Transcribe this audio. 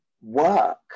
work